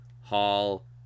Hall